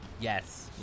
Yes